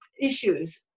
issues